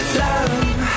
love